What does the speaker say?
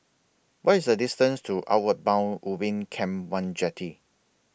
What IS The distance to Outward Bound Ubin Camp one Jetty